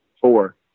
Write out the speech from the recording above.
Four